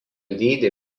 dydį